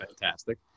fantastic